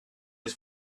his